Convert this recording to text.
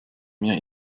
mir